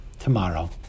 tomorrow